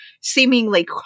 seemingly